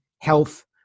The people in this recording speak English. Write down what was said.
health